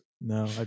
No